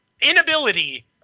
inability